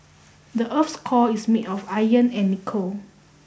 the earth's core is made of iron and nickel